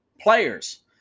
players